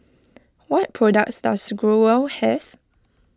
what products does Growell have